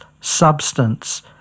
substance